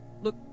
Look